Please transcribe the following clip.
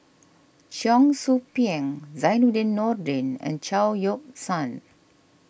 Cheong Soo Pieng Zainudin Nordin and Chao Yoke San